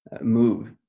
move